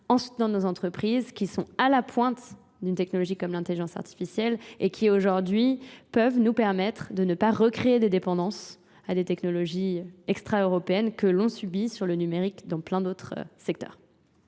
ensuite dans nos entreprises qui sont à la pointe d'une technologie comme l'intelligence artificielle et qui aujourd'hui peuvent nous permettre de ne pas recréer des dépendances à des technologies extra-européennes que l'on subit sur le numérique dans plein d'autres secteurs.